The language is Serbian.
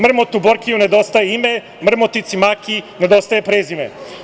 Mrmotu, Borkiju nedostaje ime, mrmotici Makijii nedostaje prezime.